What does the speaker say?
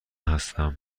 هستم